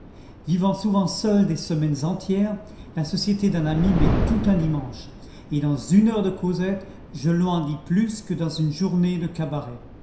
vivant souvent seul des semaines entières la société d'un ami m'est tout un dimanche et dans une heure de causette je lui en dis plus que dans une journée de cabaret